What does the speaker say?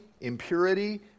impurity